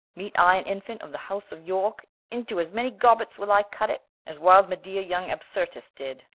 meet i an infant of the house of yorke, into as many gobbits will i cut it as wilde medea yong absirtis did.